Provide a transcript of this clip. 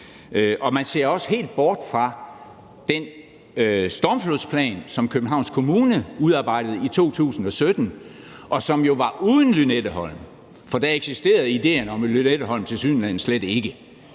Og man ser også helt bort fra den stormflodsplan, som Københavns Kommune udarbejdede i 2017, og som jo var uden Lynetteholm – for da eksisterede idéen om Lynetteholm tilsyneladende slet ikke.